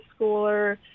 schooler